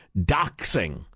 doxing